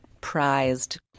prized